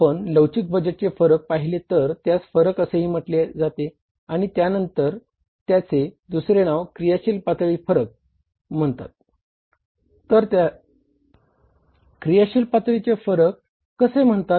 आपण लवचिक बजेटचे फरक पाहिले तर त्यास फरक असेही म्हटले जाते आणि त्यानंतर त्याचे दुसरे नाव क्रियाशील पातळीचे फरक कसे म्हणतात